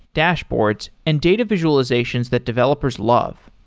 dashboards and data visualizations that developers love.